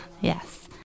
Yes